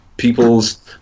people's